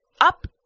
up